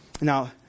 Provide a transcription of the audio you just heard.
now